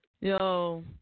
Yo